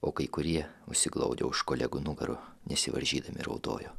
o kai kurie užsiglaudę už kolegų nugarų nesivaržydami raudojo